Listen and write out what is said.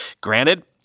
Granted